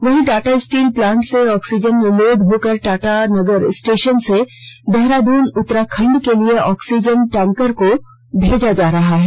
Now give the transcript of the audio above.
वहीं Tata steel plant से oxygen load होकर टाटानगर स्टेशन से देहराद्रन उतराखंड तक ऑक्सीजन टैंकर को भेजा रहा है